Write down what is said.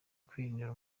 kwirindira